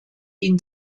ihn